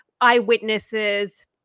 eyewitnesses